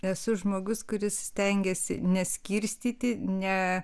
esu žmogus kuris stengiasi neskirstyti ne